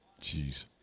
Jeez